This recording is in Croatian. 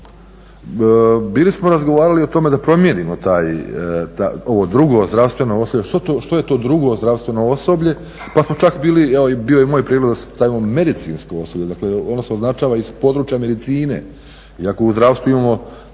Bili smo razgovarali o tome da promijenimo ovo drugo zdravstveno osoblje. Što je to drugo zdravstveno osoblje? Pa je čak bio evo i moj prijedlog da stavimo medicinsko osoblje. Dakle, ono se označava iz područja medicine iako u zdravstvu imamo